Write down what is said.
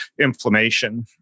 inflammation